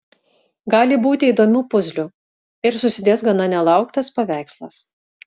gali būti įdomių puzlių ir susidės gana nelauktas paveikslas